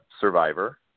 survivor